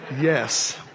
Yes